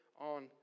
on